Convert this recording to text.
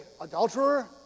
adulterer